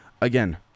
Again